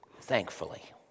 thankfully